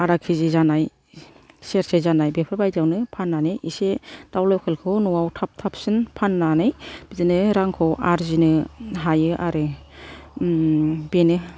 आदा केजि जानाय सेरसे जानाय बेफोरबादियावनो फान्नानै एसे दाउ लकेलखौ न'आव थाब थाबसिन फान्नानै बिदिनो रांखौ आरजिनो हायो आरो बेनो